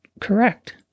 correct